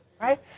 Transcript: Right